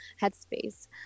headspace